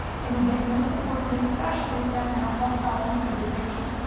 and you get no support, and especially if that mental health problem is addiction.